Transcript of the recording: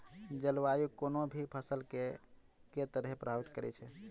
जलवायु कोनो भी फसल केँ के तरहे प्रभावित करै छै?